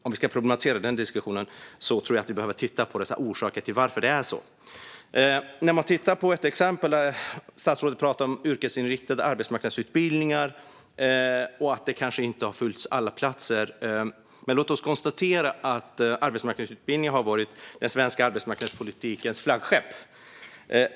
Om vi ska problematisera denna diskussion tror jag att vi behöver titta på orsakerna till att detta sker. Statsrådet pratar om yrkesinriktade arbetsmarknadsutbildningar och att alla platser kanske inte har fyllts. Låt oss konstatera att arbetsmarknadsutbildningen har varit den svenska arbetsmarknadspolitikens flaggskepp.